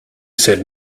said